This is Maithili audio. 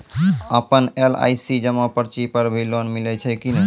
आपन एल.आई.सी जमा पर्ची पर भी लोन मिलै छै कि नै?